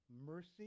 mercy